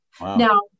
Now